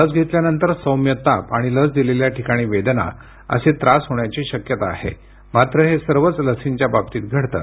लस घेतल्यानंतर सौम्य ताप आणि लस दिलेल्या ठिकाणी वेदना असे त्रास होण्याची शक्यता आहे मात्र हे सर्वच लसींच्या बाबतीत घडतं